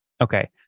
Okay